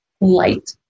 light